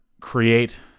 create